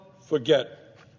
forget